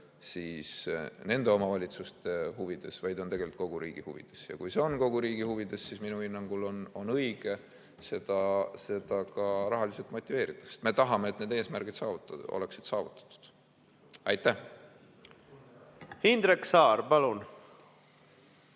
ainult nende omavalitsuste huvides, vaid on tegelikult kogu riigi huvides. Ja kui see on kogu riigi huvides, siis minu hinnangul on õige seda ka rahaliselt motiveerida, sest me tahame, et need eesmärgid oleksid saavutatud. Jah. Aga paraku